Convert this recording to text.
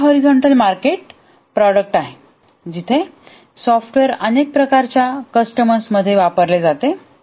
हे horizontal market product आहे जिथे सॉफ्टवेअर अनेक प्रकारच्या कस्टमर्स मध्ये वापरले जाते